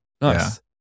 Nice